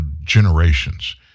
generations